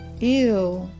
Ew